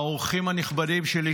האורחים הנכבדים שלי,